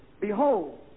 Behold